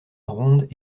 rondes